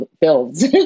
builds